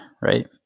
right